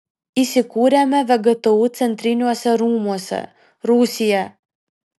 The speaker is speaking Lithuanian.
įsikūrėme vgtu centriniuose rūmuose rūsyje